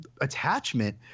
attachment